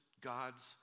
God's